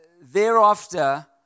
thereafter